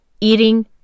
eating